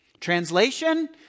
Translation